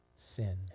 Sin